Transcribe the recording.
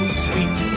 sweet